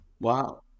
Wow